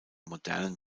modernen